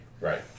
right